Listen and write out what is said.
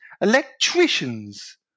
electricians